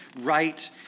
right